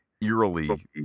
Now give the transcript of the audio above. eerily